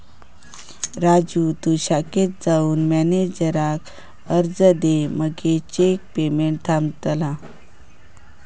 राजू तु शाखेत जाऊन मॅनेजराक अर्ज दे मगे चेक पेमेंट थांबतला